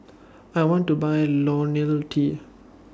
I want to Buy Ionil T